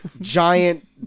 Giant